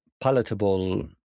palatable